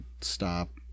stop